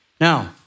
Now